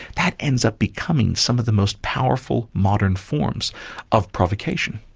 that ends up becoming some of the most powerful modern forms of provocation.